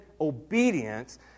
obedience